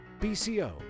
BCO